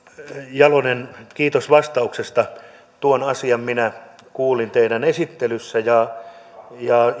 jalonen kiitos vastauksesta tuon asian minä kuulin teidän esittelyssänne ja